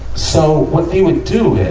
so, what they would do is,